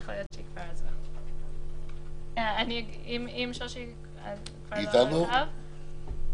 אם שושי כבר לא על הקו,